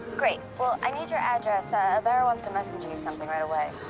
great. well, i need your address. ah abara wants to messenger you something right away.